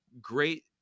great